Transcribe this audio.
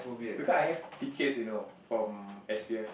because I have tickets you know from s_p_f